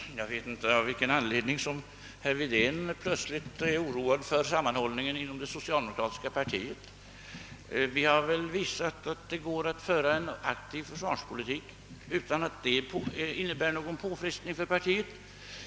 Herr talman! Jag vet inte av vilken anledning herr Wedén plötsligt blivit oroad för sammanhållningen inom det socialdemokratiska partiet. Vi har väl visat att det går att föra en aktiv för svarspolitik utan att det innebär någon påfrestning för partiet.